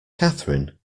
catherine